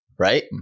right